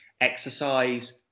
exercise